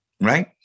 right